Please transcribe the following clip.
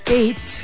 eight